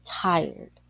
tired